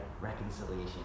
reconciliation